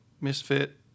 misfit